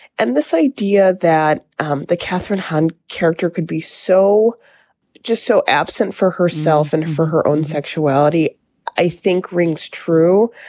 and this idea that the catherine hunt character could be so just so absent for herself and for her own sexuality i think rings true.